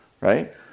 right